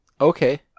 okay